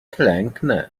klęknę